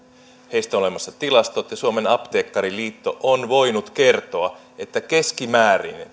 on olemassa tilastot ja suomen apteekkariliitto on voinut kertoa että